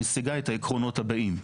שמשיגה את העקרונות הבאים.